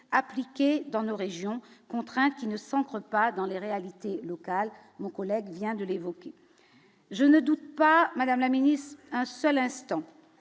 appliqué dans nos régions contraint qui ne s'ancre pas dans les réalités locales nous collègue vient de l'évoquer, je ne doute pas, Madame la Ministre, un seul instant